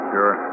Sure